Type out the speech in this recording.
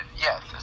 yes